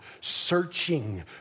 searching